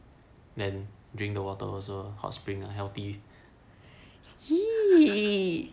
then drink the water also hot spring ah healthy